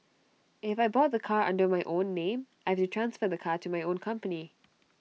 if I bought the car under my own name I've to transfer the car to my own company